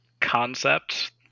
concept